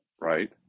right